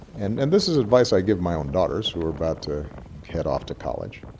and and this is advice i give my own daughters who are about to head off to college,